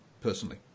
personally